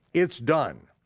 it's done.